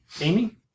Amy